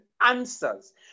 answers